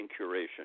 curation